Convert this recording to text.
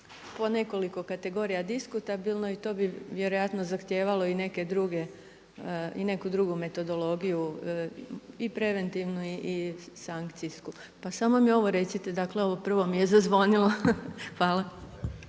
po nekoliko kategorija diskutabilno i to bi vjerojatno zahtijevalo i neke druge, i neku drugu metodologiju i preventivnu i sankcijsku. Pa samo mi ovo recite, dakle ovo prvo mi je zazvonilo. Hvala.